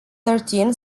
thirteen